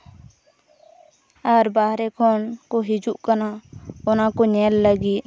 ᱟᱨ ᱵᱟᱦᱨᱮ ᱠᱷᱚᱱ ᱠᱚ ᱦᱤᱡᱩᱜ ᱠᱟᱱᱟ ᱚᱱᱟ ᱠᱚ ᱧᱮᱞ ᱞᱟᱹᱜᱤᱫ